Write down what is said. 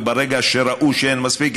וברגע שראו שאין מספיק,